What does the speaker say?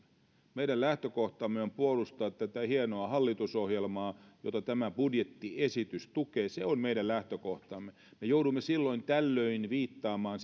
meidän lähtökohtamme on puolustaa tätä hienoa hallitusohjelmaa jota tämä budjettiesitys tukee se on meidän lähtökohtamme me joudumme silloin tällöin viittaamaan